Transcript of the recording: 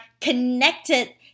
connected